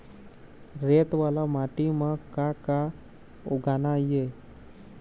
रेत वाला माटी म का का उगाना ये?